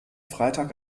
freitag